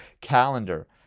Calendar